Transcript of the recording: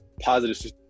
positive